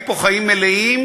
ממנה.